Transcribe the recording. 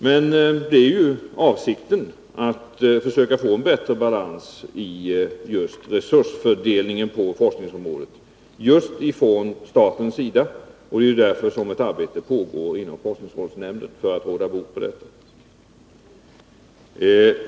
Men avsikten är ju att försöka få en bättre balans just när det gäller resursfördelningen på forskningsområdet från statens sida, och det är just därför som ett arbete pågår inom forskningsrådsnämnden för att råda bot på detta.